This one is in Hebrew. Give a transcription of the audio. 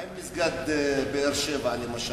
מה עם מסגד באר-שבע למשל?